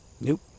Nope